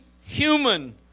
human